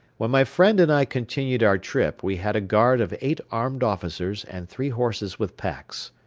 when my friend and i continued our trip we had a guard of eight armed officers and three horses with packs.